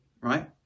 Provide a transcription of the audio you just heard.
right